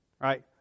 Right